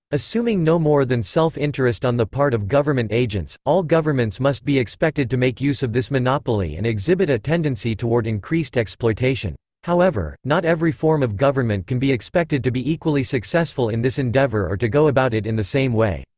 assuming no more than self-interest on the part of government agents, all governments must be expected to make use of this monopoly and exhibit a tendency toward increased exploitation. however, not every form of government can be expected to be equally successful in this endeavor or to go about it in the same way.